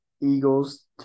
Eagles